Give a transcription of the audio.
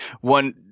one